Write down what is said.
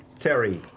tary.